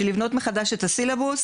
של לבנות מחדש את הסילבוס,